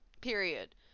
period